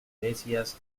iglesias